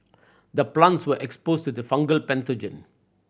the plants were exposed to fungal pathogen